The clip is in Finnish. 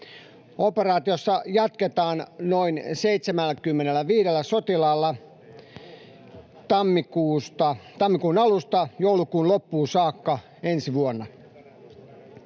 Operaatiossa jatketaan noin 75 sotilaalla tammikuun alusta joulukuun loppuun saakka ensi vuonna.